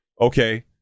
Okay